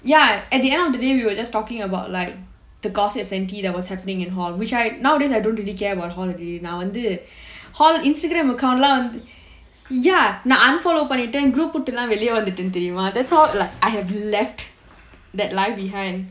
ya at the end of the day we were just talking about like the gossips that was happening in hall which I nowadays I don't really care about hall already now நான் வந்து:naan vanthu hall Instagram account லாம்:laam ya unfollow பண்ணிட்டேன்:pannittaen group விட்டுலாம் வெளிய வந்துட்டேன்:vittulaam veliya vanthudaen that's all I have left that life behind